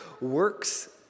works